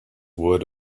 word